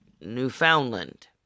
Newfoundland